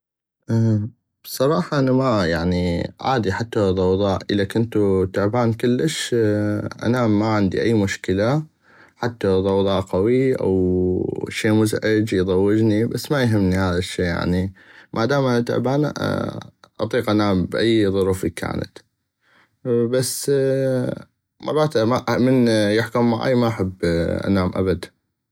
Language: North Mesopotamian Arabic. بصراحة انا ما يعني عادي حتى لو ضوضاء اذا كنتو تعبان كلش انام ما عندي اي مشكلة حتى لو ضوضاء قوي او شي مزعج يضوجني بس ما اهمني هذا الشي يعني ما دام انا تعبان اطيق انام باي ظروف الكانت بس مرات من يحكون معاي ما احب انام ابد.